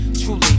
truly